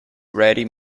ready